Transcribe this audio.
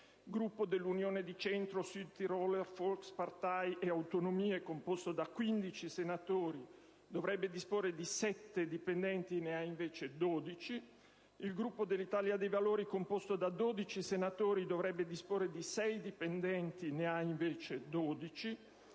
Gruppo dell'Unione di Centro, SVP e Autonomie, composto da 15 senatori, dovrebbe disporre di 7 dipendenti; ne ha invece 12; - il Gruppo dell'Italia dei Valori, composto da 12 senatori, dovrebbe disporre di 6 dipendenti; ne ha invece 12;